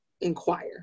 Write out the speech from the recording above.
inquire